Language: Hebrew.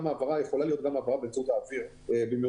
יכולה להיות גם העברה באמצעות האוויר במיוחד